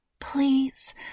Please